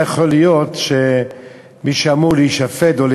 לא יכול להיות שמי שאמור להישפט או שהוא